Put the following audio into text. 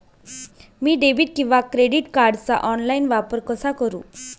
मी debit किंवा credit कार्डचा online वापर कसा करु?